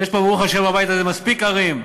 יש פה, ברוך השם, בבית הזה, מספיק ערים,